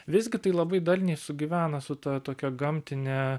visgi tai labai darniai sugyvena su ta tokia gamtine